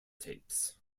tapes